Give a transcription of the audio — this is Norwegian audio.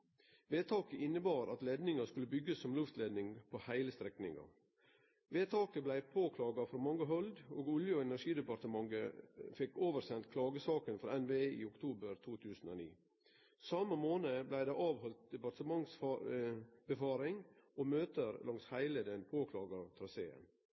Vedtaket innebar at leidningen skulle byggjast som luftleidning på heile strekninga. Vedtaket blei påklaga frå mange hald, og Olje- og energidepartementet fekk oversendt klagesaka frå NVE i oktober 2009. Same månaden blei det halde departementssynfaring og møte langs